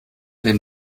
dem